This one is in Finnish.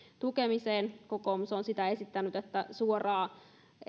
tukemiseen kokoomus on esittänyt suoraa